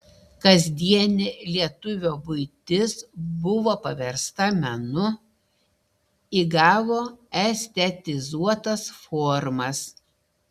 kasdienė lietuvio buitis buvo paversta menu įgavo estetizuotas formas